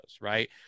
Right